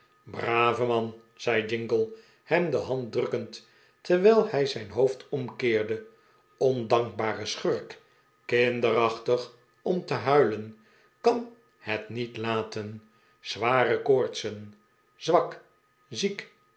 brave man zei jingle hem de hand drukkend terwijl hij zijn hoofd omkeerde ondankbare schurk kinderachtig om te huilen kan het niet laten zware koortsen zwak ziek